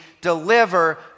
deliver